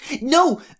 No